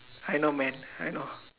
I know man I know